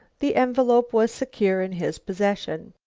the envelope was secure in his possession.